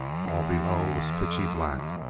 all below was pitchy-black,